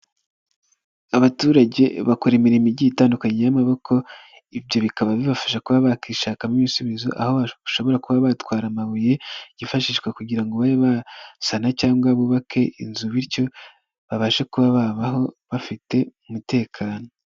Abaturage bakora imirimo igiye itandukanye y'amaboko ibyo bikaba bibafasha kuba bakishakamo ibisubizo aho bashobora kuba batwara amabuye yifashishwa kugira ngo babe basana cyangwa bubake inzu bityo babashe kuba babaho bafite umutekano.